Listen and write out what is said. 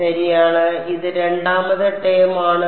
ശരിയാണ് ഇത് രണ്ടാമത്തെ ടേം ആണ്